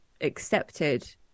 accepted